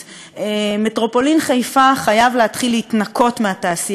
מטרופולין חיפה חייבת להתחיל להתנקות מהתעשייה המזהמת,